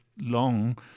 long